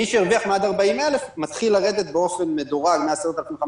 מי שהרוויח עד 40,000 מתחיל לרדת באופן מדורג מ-10,500